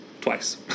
Twice